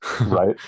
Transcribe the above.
right